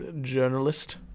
journalist